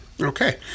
Okay